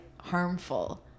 harmful